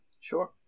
Sure